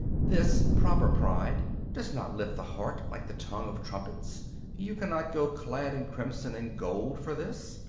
this proper pride does not lift the heart like the tongue of trumpets you cannot go clad in crimson and gold for this.